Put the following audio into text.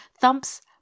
Thumps